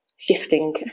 shifting